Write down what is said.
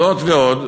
זאת ועוד,